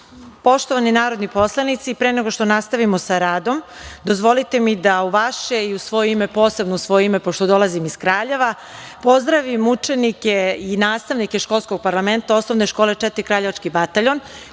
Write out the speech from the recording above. Poštovani narodni poslanici, pre nego što nastavimo sa radom, dozvolite mi da u vaše i u svoje ime, posebno u svoje ime pošto dolazim iz Kraljeva, pozdravim učenike i nastavnike školskog parlamenta OŠ „4. kraljevački bataljon“